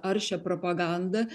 aršią propagandą